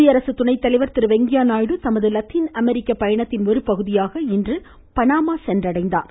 குடியரசு துணைதலைவர் திரு வெங்கைய நாயுடு தமது லத்தீன் அமெரிக்க பயணத்தின் ஒருபகுதியாக இன்று பணாமா சென்றடைந்தாா்